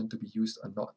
to be used or not